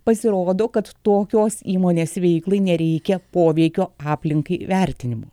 pasirodo kad tokios įmonės veiklai nereikia poveikio aplinkai vertinimo